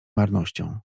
marnością